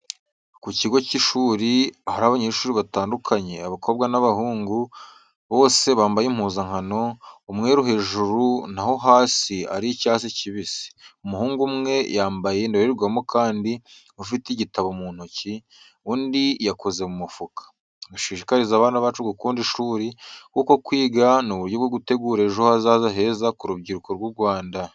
Ku kigo cy'ishuri ahari abanyeshuri batandukanye, abakobwa n'abahungu, bose bambaye impuzankano, umweru hejuru na ho hasi ari icyatsi kibisi, umuhungu umwe yambaye indorerwamo kandi afite igitabo mu ntoki, undi yikoze mu mufuka. Dushishikarize abana bacu gukunda ishuri, kuko kwiga ni uburyo bwo gutegura ejo hazaza heza ku rubyiruko rw'u Rwanda.